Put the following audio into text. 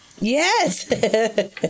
Yes